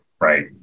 Right